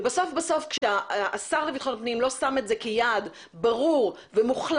בסוף בסוף כשהשר לביטחון הפנים לא שם את זה כיעד ברור ומוחלט,